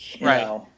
Right